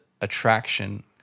attraction